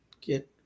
get